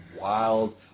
wild